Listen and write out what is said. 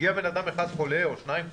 הגיע בן אדם אחד חולה או שניים חולים,